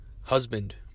husband